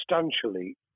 substantially